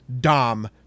Dom